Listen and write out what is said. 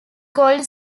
called